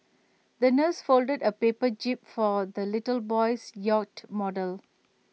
the nurse folded A paper jib for the little boy's yacht model